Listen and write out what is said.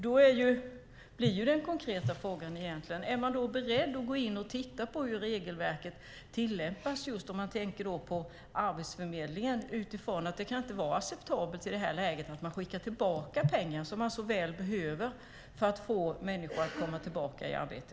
Då blir den konkreta frågan: Är man beredd att gå in och titta på hur regelverket tillämpas just när det gäller Arbetsförmedlingen, utifrån att det inte kan vara acceptabelt i det här läget att de skickar tillbaka pengar som de så väl behöver för att få människor att komma tillbaka i arbete?